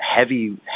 heavy